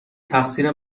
تقصیر